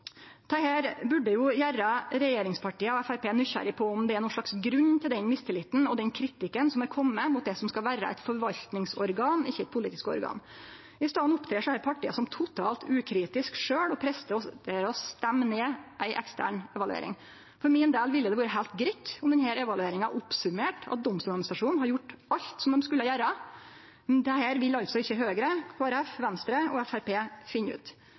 Dette burde jo gjere regjeringspartia og Framstegspartiet nysgjerrige på om det er ein grunn til den mistilliten og den kritikken som har kome av det som skal vere eit forvaltningsorgan, ikkje eit politisk organ. I staden opptrer desse partia som totalt ukritiske sjølve og presterer å stemme ned ei ekstern evaluering. For min del ville det vore heilt greitt om denne evalueringa oppsummerte at Domstoladministrasjonen har gjort alt som dei skulle gjere, men dette vil altså ikkje Høgre, Kristeleg Folkeparti, Venstre og Framstegspartiet finne ut.